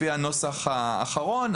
לפי הנוסח האחרון,